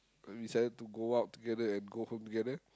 we decided to go out together and go home together